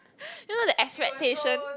you know the expectation